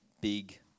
big